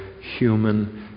human